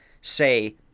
say